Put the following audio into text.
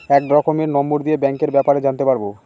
এক রকমের নম্বর দিয়ে ব্যাঙ্কের ব্যাপারে জানতে পারবো